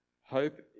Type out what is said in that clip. Hope